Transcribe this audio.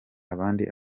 abandi